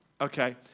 okay